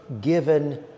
given